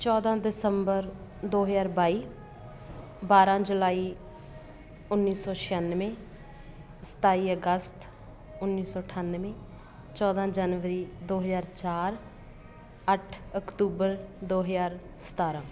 ਚੌਦ੍ਹਾਂ ਦਸੰਬਰ ਦੋ ਹਜ਼ਾਰ ਬਾਈ ਬਾਰ੍ਹਾਂ ਜੁਲਾਈ ਉੱਨੀ ਸੌ ਛਿਆਨਵੇਂ ਸਤਾਈ ਅਗਸਤ ਉੱਨੀ ਸੌ ਅਠਾਨਵੇਂ ਚੌਦ੍ਹਾਂ ਜਨਵਰੀ ਦੋ ਹਜ਼ਾਰ ਚਾਰ ਅੱਠ ਅਕਤੂਬਰ ਦੋ ਹਜ਼ਾਰ ਸਤਾਰ੍ਹਾਂ